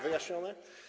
Wyjaśnione?